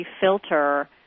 filter